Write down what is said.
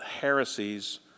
heresies